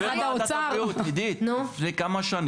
עידית, לא, התחלנו.